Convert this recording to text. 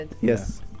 yes